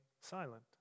silent